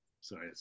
sorry